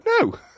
No